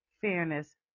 Fairness